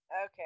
Okay